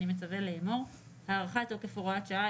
אני מצווה לאמור: הארכת תוקף הוראת שעה